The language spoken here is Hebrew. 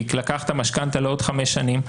כי לקחת משכנתה לעוד חמש שנים,